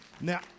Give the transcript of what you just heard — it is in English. Now